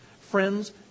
Friends